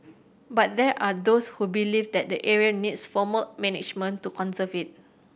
but there are those who believe that the area needs formal management to conserve it